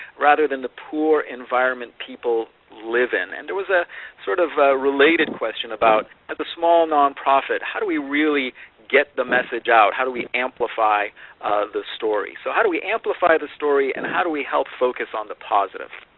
rather than the poor environment people live in? and there was sort of a related question about, as a small nonprofit how do we really get the message out, how do we amplify the story? so, how do we amplify the story? and how do we help focus on the positive?